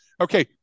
Okay